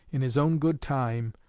in his own good time,